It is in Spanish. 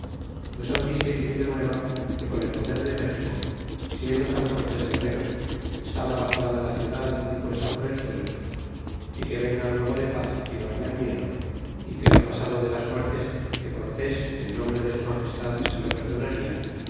pues han visto y tenido nueva que con el poder de méxico siendo tan fuertes guerreros estaba asolada la ciudad y puesta por el suelo é que vengan luego de paz y no hayan miedo é que lo pasado de las muertes que cortés en nombre de su magestad se lo perdonaria